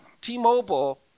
T-Mobile